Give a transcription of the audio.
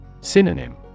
Synonym